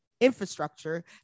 infrastructure